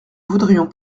voudrions